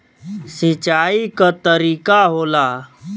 सिंचाई क तरीका होला